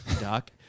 doc